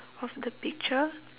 of the picture